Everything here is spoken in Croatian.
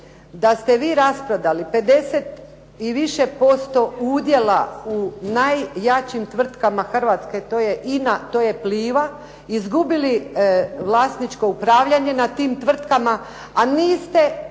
da ste vi rasprodali 50 i više posto udjela u najjačim tvrtkama Hrvatske, to je INA, to je Pliva, izgubili vlasničko upravljanje nad tim tvrtkama, a niste